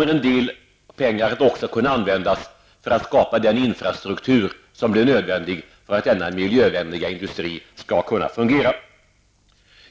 En del pengar kommer också att kunna användas för att skapa den infrastruktur som blir nödvändig för att denna miljövänliga industri skall kunna fungera.